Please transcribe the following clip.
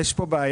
יש פה בעיה.